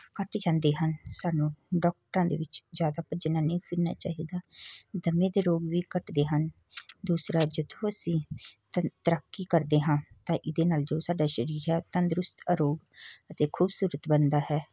ਘੱਟ ਜਾਂਦੇ ਹਨ ਸਾਨੂੰ ਡਾਕਟਰਾਂ ਦੇ ਪਿੱਛੇ ਜ਼ਿਆਦਾ ਭੱਜਣਾ ਨਹੀ ਫਿਰਨਾ ਚਾਹੀਦਾ ਦਮੇ ਦੇ ਰੋਗ ਵੀ ਘੱਟਦੇ ਹਨ ਦੂਸਰਾ ਜਦੋਂ ਅਸੀਂ ਤ ਤੈਰਾਕੀ ਕਰਦੇ ਹਾਂ ਤਾਂ ਇਹਦੇ ਨਾਲ ਜੋ ਸਾਡਾ ਸਰੀਰ ਹੈ ਤੰਦਰੁਸਤ ਅਰੋਗ ਅਤੇ ਖੂਬਸੂਰਤ ਬਣਦਾ ਹੈ